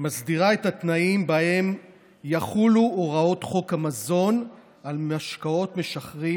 מסדירה את התנאים שבהם יחולו הוראות חוק המזון על משקאות משכרים